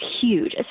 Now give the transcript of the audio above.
huge